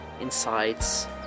insights